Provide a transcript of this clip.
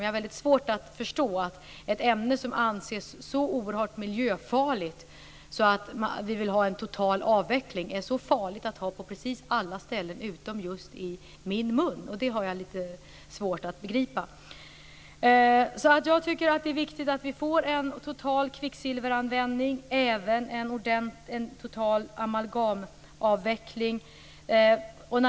Men jag har svårt att förstå att ett ämne som anses så oerhört miljöfarligt att vi vill ha en total avveckling är så farligt på alla ställen utom just i min mun. Det har jag svårt att begripa. Det är viktigt att vi får en total kvicksilveravveckling och även en total amalgamavveckling.